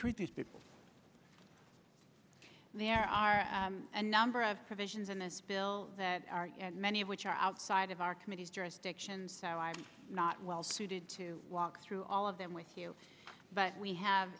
treat these people there are a number of provisions in this bill that many of which are outside of our committee's jurisdiction so i'm not well suited to walk through all of them with you but we have